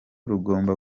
rugomba